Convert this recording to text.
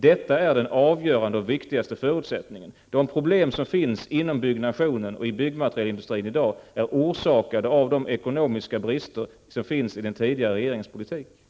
Detta är den avgörande och viktigaste förutsättningen. De problem som i dag finns inom byggsektorn och byggmaterialindustrin är orsakade av brister i den tidigare regeringens ekonomiska politik.